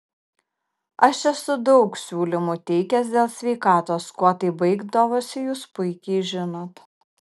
aš esu daug siūlymų teikęs dėl sveikatos kuo tai baigdavosi jūs puikiai žinot